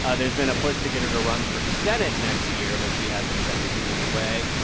ah there's been a push to get her to run for senate next year, but she hasn't said anything either way.